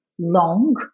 long